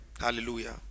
Hallelujah